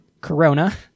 Corona